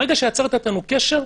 ברגע שיצרת אתנו קשר,